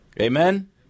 Amen